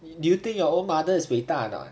do you think your own mother is 伟大 or not